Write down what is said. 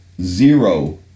zero